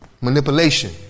Manipulation